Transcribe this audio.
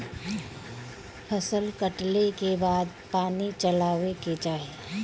फसल कटले के बाद पानी चलावे के चाही